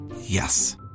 Yes